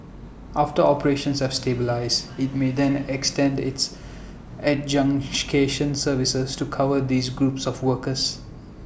after operations have stabilised IT may then extend its adjudication services to cover these groups of workers